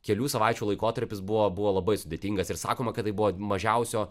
kelių savaičių laikotarpis buvo buvo labai sudėtingas ir sakoma kad tai buvo mažiausio